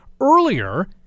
earlier